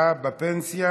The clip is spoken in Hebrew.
נתקבלה.